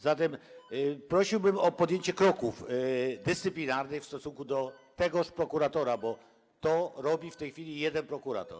Zatem prosiłbym o podjęcie kroków dyscyplinarnych w stosunku do tegoż prokuratora, bo to robi w tej chwili jeden prokurator.